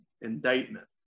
indictment